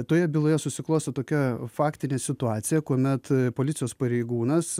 toje byloje susiklostė tokia faktinė situacija kuomet policijos pareigūnas